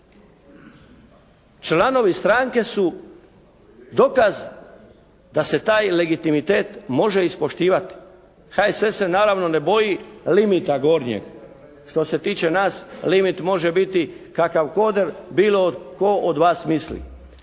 Članovi stranke su dokaz da se taj legitimitet može ispoštivati. HSS se naravno ne boji limita gornjeg. Što se tiče nas limit može biti kakav god bilo tko od vas misli.